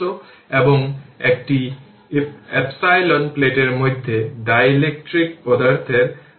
আরও একটু দেখবেন যে সুইচ ওপেন বা ক্লোজ করার সময় দেখবেন যে t 0 বা t 0